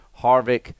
Harvick